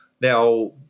Now